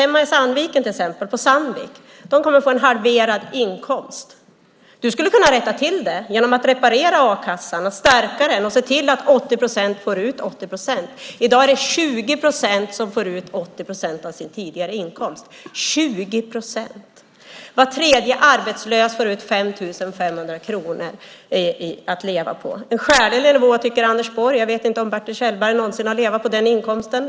Hemma i Sandviken till exempel, på Sandvik, kommer de att få halverad inkomst. Du skulle kunna rätta till det genom att reparera a-kassan och stärka den och se till att 80 procent får ut 80 procent. I dag är det 20 procent som får ut 80 procent av sin tidigare inkomst. Var tredje arbetslös får ut 5 500 kronor att leva på. En skälig nivå, tycker Anders Borg. Jag vet inte om Bertil Kjellberg någonsin har levt på den inkomsten.